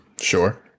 Sure